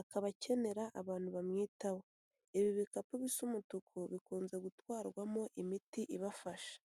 akaba akenera abantu bamwitaho. Ibi bikapu bisa umutuku bikunze gutwarwamo imiti ibafasha.